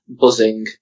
buzzing